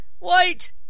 wait